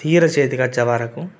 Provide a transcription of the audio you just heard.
తీరా చేతికొచ్చే వరకు